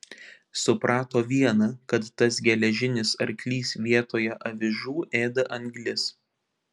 suprato viena kad tas geležinis arklys vietoje avižų ėda anglis